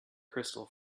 crystal